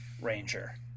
ranger